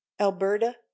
alberta